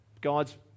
God's